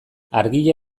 argia